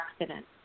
accident